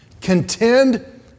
Contend